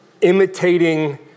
imitating